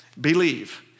believe